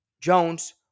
Jones